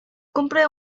cumple